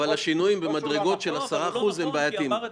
אנחנו במשרד הפנים,